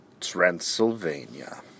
Transylvania